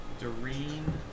Doreen